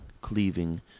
cleaving